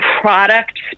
product